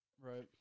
Right